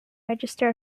register